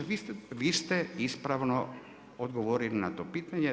Vi ste ispravno odgovorili na to pitanje.